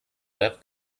web